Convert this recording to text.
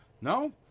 No